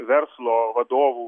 verslo vadovų